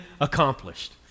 accomplished